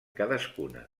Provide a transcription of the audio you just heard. cadascuna